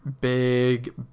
big